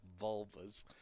vulvas